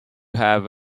have